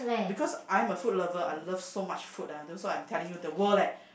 because I am a food lover I love so much food ah then also I'm telling you the world leh